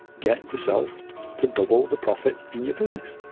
get yourself to double the profit in your business.